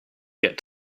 get